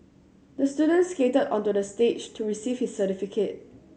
the student skated onto the stage to receive his certificate